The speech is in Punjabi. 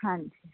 ਹਾਂਜੀ